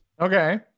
Okay